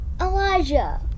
Elijah